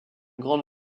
grande